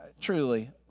truly